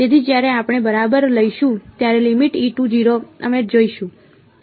તેથી જ્યારે આપણે બરાબર લઈશું ત્યારે અમે જઈશું